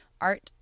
art